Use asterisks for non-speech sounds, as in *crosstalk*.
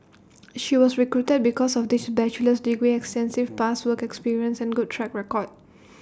*noise* she was recruited because of this bachelor's degree extensive *noise* past work experience and good track record